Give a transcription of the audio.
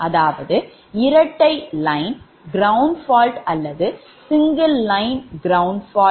அதாவது இரட்டை line ground fault அல்லது single line ground fault